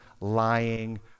lying